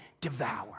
Devour